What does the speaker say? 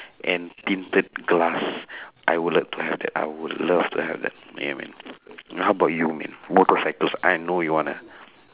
and tinted glass I would like to have that I would love to have that yeah man and how about you man motorcycles I know you wanna